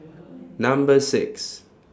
Number six